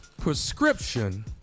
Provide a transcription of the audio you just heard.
prescription